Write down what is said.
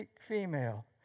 female